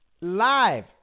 live